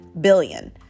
billion